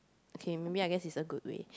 okay maybe I guess in a good way